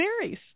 series